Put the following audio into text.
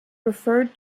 referred